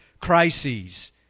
crises